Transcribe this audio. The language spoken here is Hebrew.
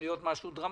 להיות משהו דרמטי.